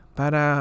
para